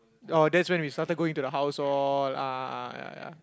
oh that's when we started going to the house all ah ah ya ya